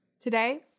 Today